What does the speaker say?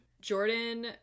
Jordan